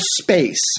space